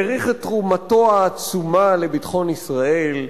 העריך את תרומתו העצומה לביטחון ישראל,